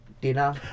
dinner